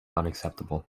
unacceptable